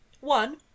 one